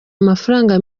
amafaranga